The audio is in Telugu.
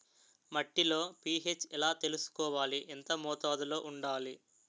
మట్టిలో పీ.హెచ్ ఎలా తెలుసుకోవాలి? ఎంత మోతాదులో వుండాలి?